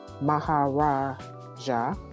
Maharaja